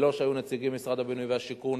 ללא שהיו נציגים ממשרד הבינוי והשיכון,